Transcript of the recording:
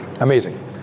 Amazing